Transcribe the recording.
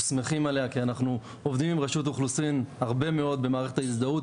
שמחים עליה כי אנחנו עובדים על רשות האוכלוסין הרבה מאוד במערכת ההזדהות